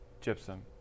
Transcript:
gypsum